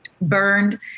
burned